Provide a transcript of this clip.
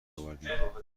آوردیم